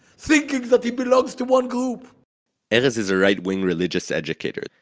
thinking that he belongs to one group erez is a right wing religious educator,